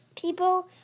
people